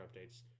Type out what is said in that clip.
updates